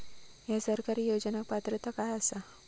हया सरकारी योजनाक पात्रता काय आसा?